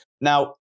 Now